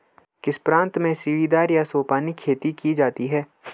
किस प्रांत में सीढ़ीदार या सोपानी खेती की जाती है?